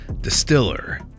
distiller